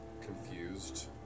confused